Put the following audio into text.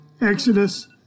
Exodus